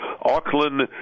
Auckland